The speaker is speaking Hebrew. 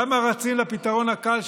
למה רצים לפתרון הקל,